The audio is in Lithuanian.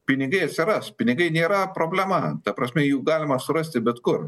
pinigai atsiras pinigai nėra problema ta prasme jų galima surasti bet kur